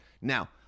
Now